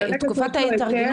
השאלה היא בתקופת ההתארגנות,